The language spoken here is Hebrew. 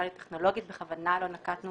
בכוונה לא נקטנו